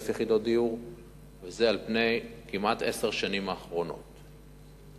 יחידות דיור בעשר השנים האחרונות כמעט.